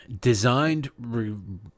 designed